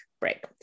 break